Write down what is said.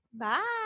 bye